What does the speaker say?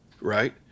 Right